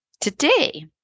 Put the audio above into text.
Today